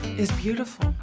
is beautiful.